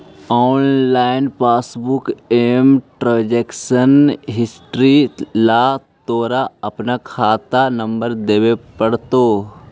online passbook में transaction history ला तोरा अपना खाता नंबर देवे पडतो